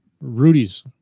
Rudy's